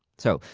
so,